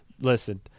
listen